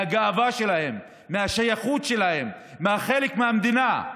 מהגאווה שלהם, מהשייכות שלהם כחלק מהמדינה.